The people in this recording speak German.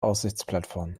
aussichtsplattform